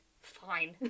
fine